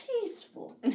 peaceful